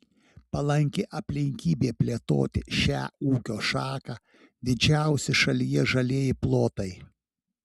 palanki aplinkybė plėtoti šią ūkio šaką didžiausi šalyje žalieji plotai